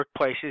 workplaces